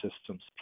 systems